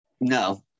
No